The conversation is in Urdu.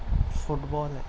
فٹ بال ہے